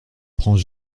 prends